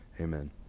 Amen